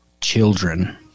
children